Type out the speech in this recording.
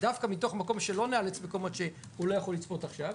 דווקא מתוך מקום שלא ניאלץ מקומות שהוא לא יכול לצפות עכשיו,